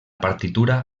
partitura